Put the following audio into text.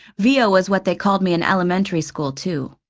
via was what they called me in elementary school, too.